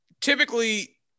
typically